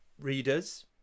readers